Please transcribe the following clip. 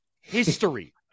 history